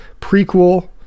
prequel